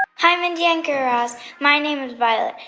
hi, mindy and guy raz. my name is violet,